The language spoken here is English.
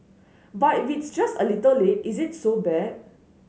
but if it's just a little late is it so bad